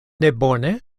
nebone